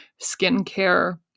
skincare